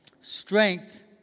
strength